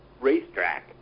racetrack